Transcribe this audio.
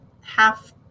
half